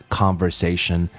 conversation